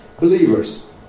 believers